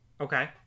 Okay